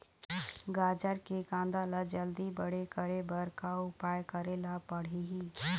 गाजर के कांदा ला जल्दी बड़े करे बर का उपाय करेला पढ़िही?